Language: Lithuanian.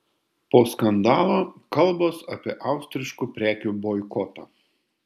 po skandalo kalbos apie austriškų prekių boikotą